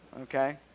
Okay